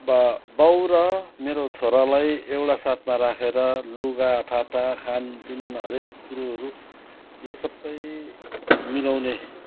अब बाउ र मेरो छोरालाई एउटा साथमा राखेर लुगाफाटा खानपिन हरेक कुरोहरू यो सबै मिलाउने